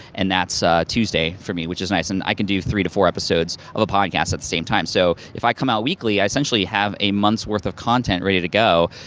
and that's tuesday for me, which is nice, and i can do three to four episodes of a podcast at the same time. so, if i come out weekly, i essentially have a month's worth of content ready to go,